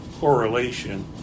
correlation